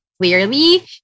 Clearly